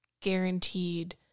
guaranteed